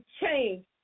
change